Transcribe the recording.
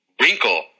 wrinkle